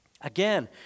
Again